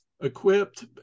equipped